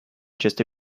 just